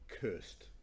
cursed